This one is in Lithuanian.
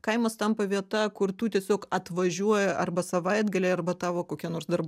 kaimas tampa vieta kur tu tiesiog atvažiuoji arba savaitgaliai arba tavo kokia nors dar